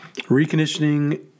Reconditioning